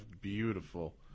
Beautiful